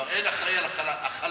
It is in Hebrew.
כבר אין אחראי לחלל.